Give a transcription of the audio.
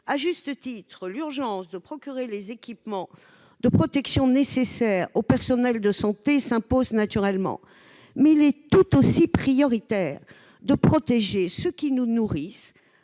temps de crise. L'urgence de procurer les équipements de protection nécessaires aux personnels de santé s'impose, bien entendu, mais il est tout aussi prioritaire de protéger ceux qui nous nourrissent,